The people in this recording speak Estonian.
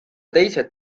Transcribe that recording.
teised